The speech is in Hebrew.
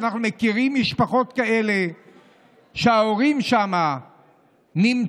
אנחנו מכירים משפחות כאלה שההורים שם נמצאים